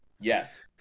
Yes